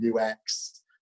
UX